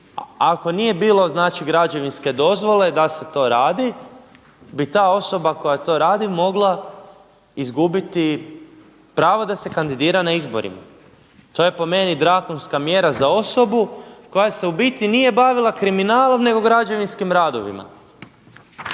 ako nije bilo znači građevinske dozvole da se to radi, bi ta osoba koja to radi mogla izgubiti pravo da se kandidira na izborima. To je po meni drakonska mjera za osoba koja se u biti nije bavila kriminalom nego građevinskim radovima.